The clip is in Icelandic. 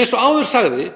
Eins og áður sagði